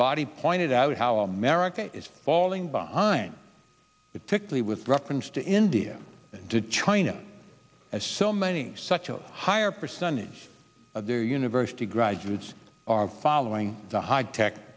body pointed out how america is falling behind it pickler with reference to india and china as so many such a higher percentage of their university graduates are following the high tech